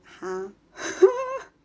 !huh!